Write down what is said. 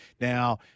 Now